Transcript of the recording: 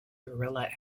guerrilla